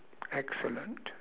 excellent